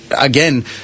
again